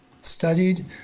studied